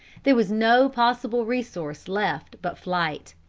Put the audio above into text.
there was no possible resource left but flight.